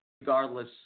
regardless